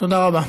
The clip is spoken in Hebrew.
תודה רבה.